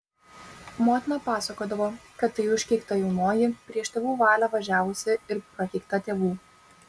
motina pasakodavo kad tai užkeikta jaunoji prieš tėvų valią važiavusi ir prakeikta tėvų